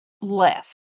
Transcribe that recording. left